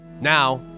Now